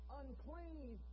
unclean